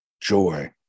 joy